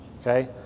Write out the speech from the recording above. Okay